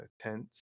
tents